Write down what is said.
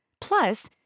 Plus